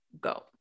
go